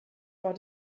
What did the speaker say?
war